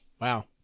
wow